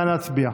נא להצביע.